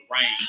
rain